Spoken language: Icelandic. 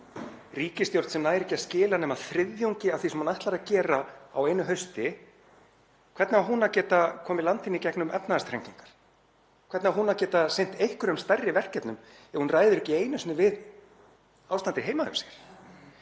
Ríkisstjórn sem nær ekki að skila nema þriðjungi af því sem hún ætlar að gera á einu hausti, hvernig á hún að geta komið landinu í gegnum efnahagsþrengingar? Hvernig hún á að geta sinnt einhverjum stærri verkefnum ef hún ræður ekki einu sinni við ástandið heima hjá sér?